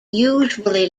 usually